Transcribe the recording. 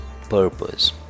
purpose